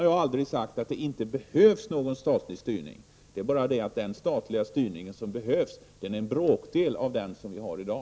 Jag har aldrig sagt att det inte behövs någon statlig styrning. Den statliga styrningen som behövs är dock bara en bråkdel av den som vi har i dag.